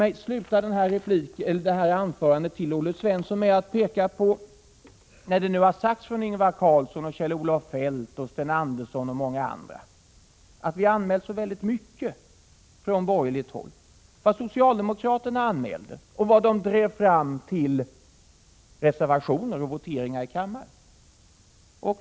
Mot bakgrund av vad Ingvar Carlsson, Kjell-Olof Feldt, Sten Andersson och många andra har sagt om att vi från borgerligt håll har anmält så väldigt mycket, vill jag avsluta detta anförande riktat till Olle Svensson med att peka på vad socialdemokraterna har anmält och drivit fram till reservationer och voteringar i kammaren.